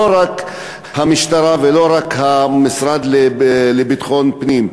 לא רק המשטרה ולא רק המשרד לביטחון פנים.